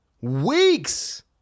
weeks